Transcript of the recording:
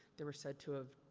they were said to have,